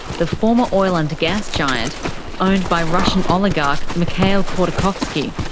the former oil and gas giant owned by russian oligarch mikhail khodorkovsky.